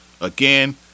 Again